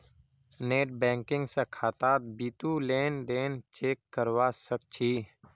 net banking स खातात बितु लेन देन चेक करवा सख छि